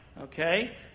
okay